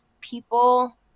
people